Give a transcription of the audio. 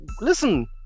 listen